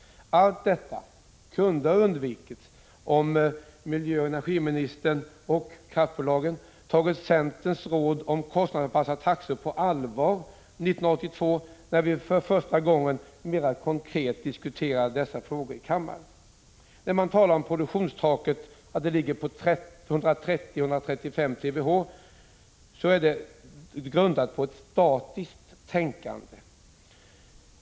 Allt detta kunde ha undvikits om miljöoch energiministern och kraftbolagen tagit centerns råd om kostnadsanpassade taxor på allvar 1982, när vi för första gången mera konkret diskuterade dessa frågor i kammaren. När man talar om att produktionstaket ligger på 130-135 TWh är det grundat på ett statiskt tänkande.